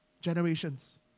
Generations